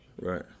Right